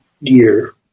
year